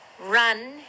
run